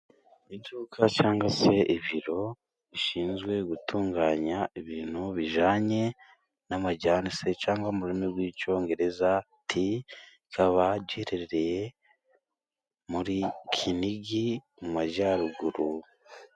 Iduka cyangwa se ibiro bishinzwe gutunganya ibintu bijyanye n'amajyane cyangwa mu rurimi rw'i icyongereza tea giherereye mu kinigi mu majyaruguru.